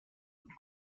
und